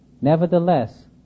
Nevertheless